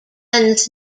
runs